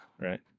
right